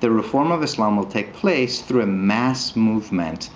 the reform of islam will take place through a mass movement